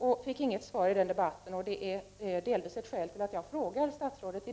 Han fick inget svar på den frågan, och det är delvis ett skäl till att jag i dag frågar statsrådet: